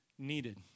Needed